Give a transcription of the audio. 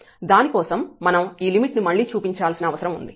దాని కోసం మనం ఈ లిమిట్ ను మళ్ళీ చూపించాల్సిన అవసరం ఉంది